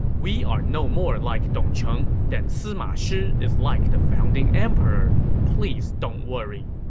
we are no more like dong cheng than sima shi is like the founding emperor. please don't worry.